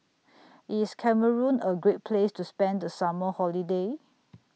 IS Cameroon A Great Place to spend The Summer Holiday